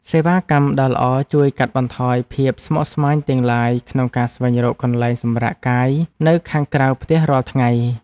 សេវាកម្មដ៏ល្អជួយកាត់បន្ថយភាពស្មុគស្មាញទាំងឡាយក្នុងការស្វែងរកកន្លែងសម្រាកកាយនៅខាងក្រៅផ្ទះរាល់ថ្ងៃ។